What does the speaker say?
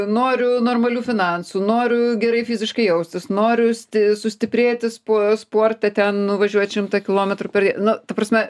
noriu normalių finansų noriu gerai fiziškai jaustis noriu sti sustiprėti spo sporte ten nuvažiuot šimtą kilometrų per die nu ta prasme